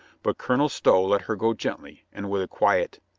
but colonel stow let her go gently, and with a quiet,